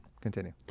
Continue